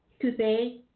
Today